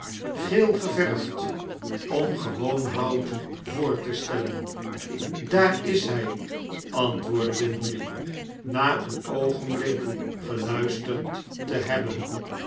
geel geverfd om gewoon hout voor te stellen daar is hij antwoordde bintrey na een oogenblik geluisterd te hebben